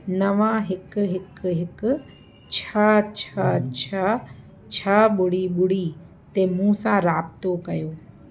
नव हिकु हिकु हिकु छह छह छह छह ॿुड़ी ॿुड़ी ते मूंसां राब्तो कयो